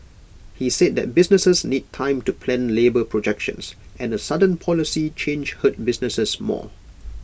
he said that businesses need time to plan labour projections and A sudden policy change hurt businesses more